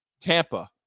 Tampa